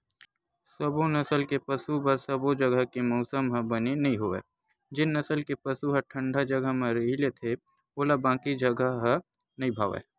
सबो नसल के पसु बर सबो जघा के मउसम ह बने नइ होवय जेन नसल के पसु ह ठंडा जघा म रही लेथे ओला बाकी जघा ह नइ भावय